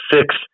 six